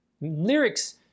Lyrics